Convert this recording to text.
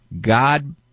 God